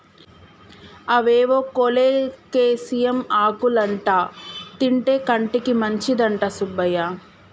అవేవో కోలేకేసియం ఆకులంటా తింటే కంటికి మంచిదంట సుబ్బయ్య